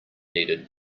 needed